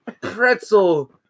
pretzel